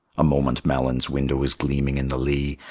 a moment malyn's window is gleaming in the lee,